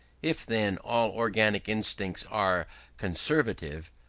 if, then, all organic instincts are conservative,